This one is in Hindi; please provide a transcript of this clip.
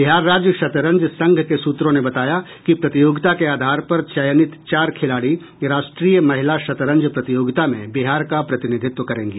बिहार राज्य शतरंज संघ के सूत्रों ने बताया कि प्रतियोगिता के आधार पर चयनित चार खिलाड़ी राष्ट्रीय महिला शतरंज प्रतियोगिता में बिहार का प्रतिनिधित्व करेंगी